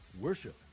worship